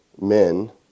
men